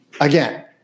again